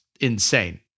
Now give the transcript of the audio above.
insane